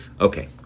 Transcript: Okay